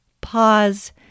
pause